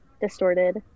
distorted